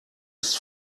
ist